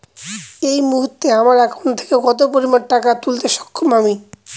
এই মুহূর্তে আমার একাউন্ট থেকে কত পরিমান টাকা তুলতে সক্ষম আমি?